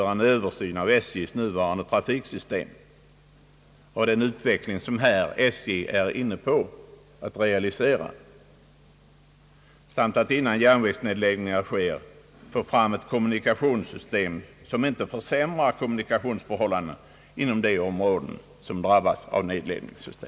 rande trafiksystem och av den utveckling som SJ är i färd med att realisera. Man bör innan järnvägsnedläggningar sker skapa ett kommunikationssystem som inte försämrar kommunikationsförhållandena inom de områden som drabbas av nedläggningarna.